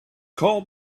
called